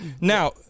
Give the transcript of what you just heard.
Now